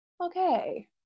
okay